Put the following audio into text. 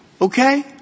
Okay